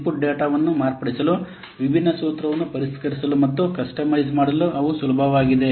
input ಡೇಟಾವನ್ನು ಮಾರ್ಪಡಿಸಲು ವಿಭಿನ್ನ ಸೂತ್ರವನ್ನು ಪರಿಷ್ಕರಿಸಲು ಮತ್ತು ಕಸ್ಟಮೈಸ್ ಮಾಡಲು ಅವು ಸುಲಭವಾಗಿವೆ